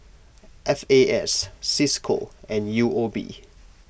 F A S Cisco and U O B